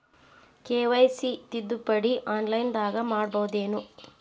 KYC ತಿದ್ದುಪಡಿ ಆನ್ಲೈನದಾಗ್ ಮಾಡ್ಬಹುದೇನು?